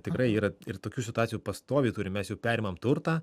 tikrai yra ir tokių situacijų pastoviai turim mes jau perimam turtą